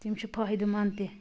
تِم چھِ فٲیدٕ منٛد تہِ